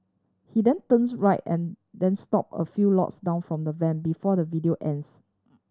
he then turns right and then stop a few lots down from the van before the video ends